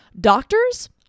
Doctors